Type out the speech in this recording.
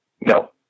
No